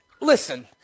Listen